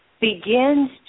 begins